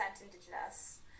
Indigenous